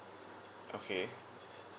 okay